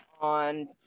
on